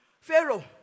pharaoh